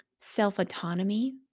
self-autonomy